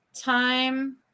time